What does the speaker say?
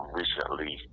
recently